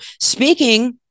speaking